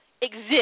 exist